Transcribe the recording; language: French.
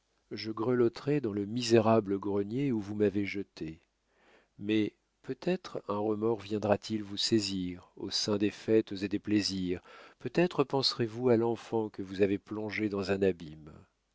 je grelotterai dans le misérable grenier où vous m'avez jeté mais peut-être un remords viendra-t-il vous saisir au sein des fêtes et des plaisirs peut-être penserez vous à l'enfant que vous avez plongé dans un abîme